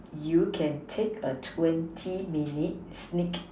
you can take a twenty minute sneak